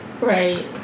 Right